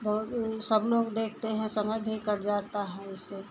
लोग सब लोग देखते हैं समय भी कट जाता है इससे